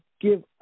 give